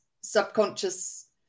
subconscious